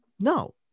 No